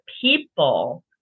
people